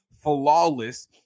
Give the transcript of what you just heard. flawless